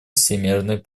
всемерной